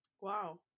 Wow